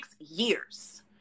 years